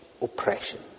oppression